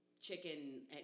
chicken